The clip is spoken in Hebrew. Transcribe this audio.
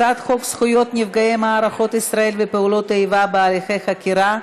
הצעת חוק זכויות נפגעי מערכות ישראל ופעולות איבה בהליכי חקירה,